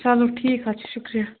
چلو ٹھیٖک حظ چھُ شُکریہ